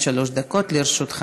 עד שלוש דקות לרשותך.